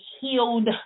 healed